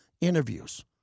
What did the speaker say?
interviews